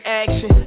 action